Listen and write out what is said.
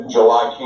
July